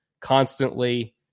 constantly